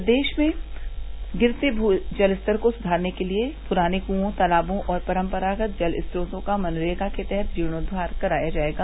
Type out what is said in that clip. प्रदेश में गिरते भू जलस्तर को सुधारने के लिए पुराने कुंओं तालाबों और परम्परागत जल स्रोतों का मनरेगा के तहत जीर्णोद्वार कराया जायेगा